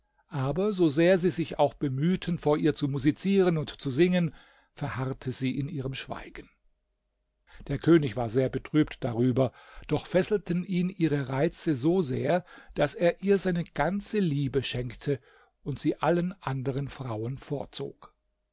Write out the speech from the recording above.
aber so sehr sie sich auch bemühten vor ihr zu musizieren und zu singen verharrte sie in ihrem schweigen der könig war sehr betrübt darüber doch fesselten ihn ihre reize so sehr daß er ihr seine ganze liebe schenkte und sie allen anderen frauen vorzog